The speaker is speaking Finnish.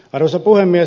arvoisa puhemies